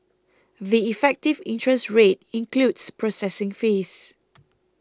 the effective interest rate includes processing fees